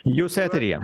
jūs eteryje